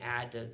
add